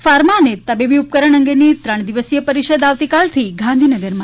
pharma અને તબીબી ઉપકરણ અંગેની ત્રણદિવસીય પરિષદ આવતીકાલથી ગાંધીનગરમાં